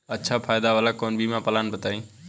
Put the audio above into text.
अच्छा फायदा वाला कवनो बीमा पलान बताईं?